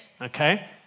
okay